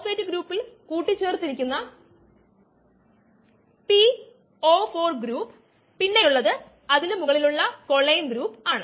അതിനാൽ K m എന്നത് മറ്റൊന്നും അല്ല മറിച്ച് സബ്സ്ട്രേറ്റ് കോൺസെൻട്രേഷൻ ആണ്